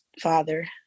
father